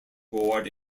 board